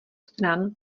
stran